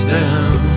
down